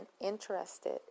interested